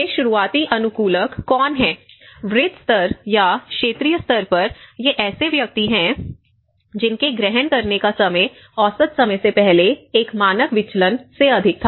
ये शुरुआती अनुकूलक कौन हैं वृहद स्तर या क्षेत्रीय स्तर पर ये ऐसे व्यक्ति हैं जिनके ग्रहण करने का समय औसत समय से पहले एक मानक विचलन से अधिक था